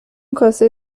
کاسه